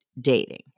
dating